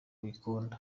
ikunda